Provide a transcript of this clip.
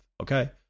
Okay